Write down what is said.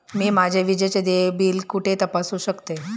मी माझे विजेचे देय बिल कुठे तपासू शकते?